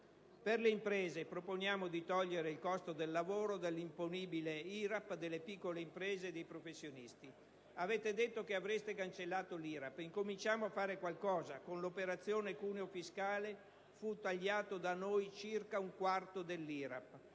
Per le imprese, proponiamo di togliere il costo del lavoro dall'imponibile IRAP delle piccole imprese e dei professionisti. Avete detto che avreste cancellato l'IRAP. Incominciamo a fare qualcosa. Con l'operazione cuneo fiscale fu tagliato da noi circa un quarto dell'IRAP;